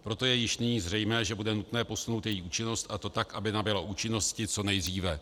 Proto je již nyní zřejmé, že bude nutné posunout její účinnost, a to tak, aby nabyla účinnosti co nejdříve.